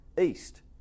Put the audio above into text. east